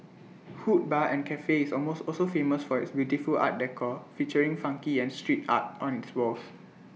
hood bar and Cafe is almost also famous for its beautiful art decor featuring funky and street art on its walls